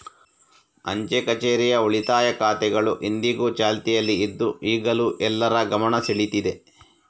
ಅಂಚೆ ಕಛೇರಿಯ ಉಳಿತಾಯ ಖಾತೆಗಳು ಇಂದಿಗೂ ಚಾಲ್ತಿಯಲ್ಲಿ ಇದ್ದು ಈಗಲೂ ಎಲ್ಲರ ಗಮನ ಸೆಳೀತಿದೆ